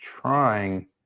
trying